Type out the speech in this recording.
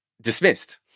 dismissed